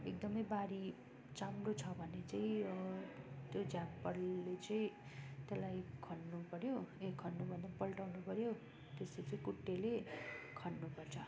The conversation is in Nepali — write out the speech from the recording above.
एकदम बारी चाम्रो छ भने चाहिँ यो त्यो झ्याम्पलले चाहिँं त्यसलाई खन्नु पर्यो ए खन्नु पल्टाउनु पर्यो त्यस पछि कुटेले खन्नु पर्छ